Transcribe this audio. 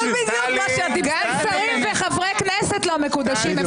בדיוק מה --- גם שרים וחברי כנסת לא מקודשים.